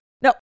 No